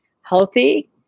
healthy